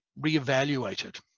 re-evaluated